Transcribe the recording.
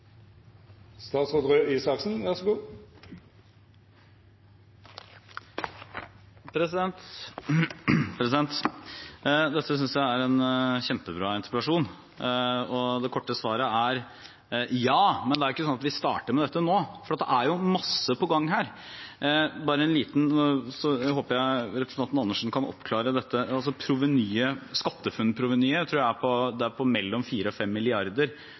en kjempebra interpellasjon. Det korte svaret er ja, men det er jo ikke sånn at vi starter med dette nå, for her er det masse på gang. Jeg håper representanten Andersen kan oppklare det som gjelder SkatteFUNN-provenyet. Jeg tror det er på mellom 4 mrd. kr og 5 mrd. kr, men det er mulig jeg misforsto og